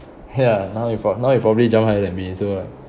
ya now you pro~ now you probably jump higher than me so